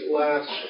last